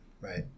right